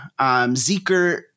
Zeker